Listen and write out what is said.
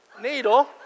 needle